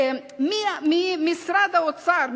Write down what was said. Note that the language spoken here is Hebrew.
ממשרד האוצר,